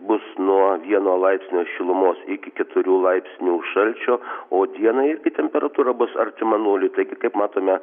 bus nuo vieno laipsnio šilumos iki keturių laipsnių šalčio o dieną irgi temperatūra bus artima nuliui taigi kaip matome